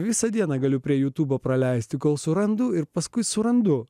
visą dieną galiu prie jutūbo praleisti kol surandu ir paskui surandu